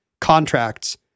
contracts